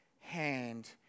hand